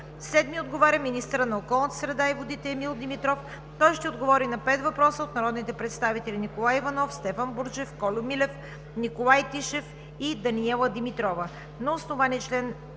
Седми отговаря министърът на околната среда и водите Емил Димитров. Той ще отговори на пет въпроса от народните представители Николай Иванов; Стефан Бурджев; Кольо Милев; Николай Тишев; Манол Генов;